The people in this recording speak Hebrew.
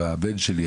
הבן שלי,